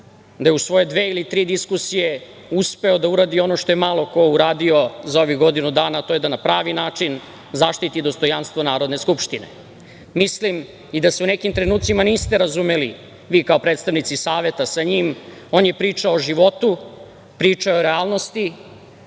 da je u svoje dve ili tri diskusije uspeo da uradi ono što je malo ko uradio za ovih godinu dana, a to je da na pravi način zaštiti dostojanstvo Narodne skupštine. Mislim i da se u nekim trenucima niste razumeli, vi kao predstavnici Saveta sa njim. On je pričao o životu, pričao je o realnosti,